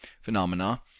phenomena